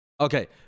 okay